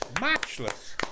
Matchless